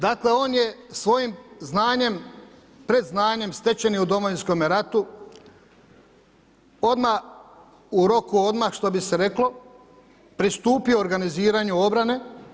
Dakle, on je svojim znanjem, predznanjem stečenim u Domovinskome ratu odmah, u roku odmah što bi se reklo, pristupilo organiziranju obrane.